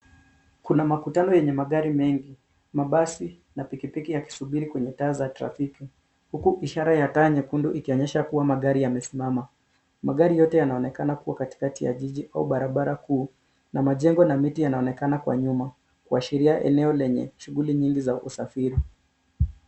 Kuna makutano enye magari mengi, mabasi na pikipiki yakisubiri kwenye taa za trafiki, huku ishara ya taa nyekundu ikionyesha kuwa magari yamesimama. Magari yote yanaonekana kuwa katikati ya jiji au barabara kuu na majengo na miti yanaonekana kwa nyuma kuashiria eneo enye shuguli nyingi za usafiri.